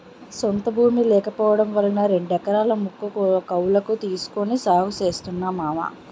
సొంత భూమి లేకపోవడం వలన రెండెకరాల ముక్క కౌలకు తీసుకొని సాగు చేస్తున్నా మావా